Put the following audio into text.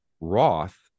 Roth